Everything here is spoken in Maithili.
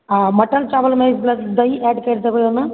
आ मटन चावलमे एक प्लेट दही एड करि देबै ओहिमे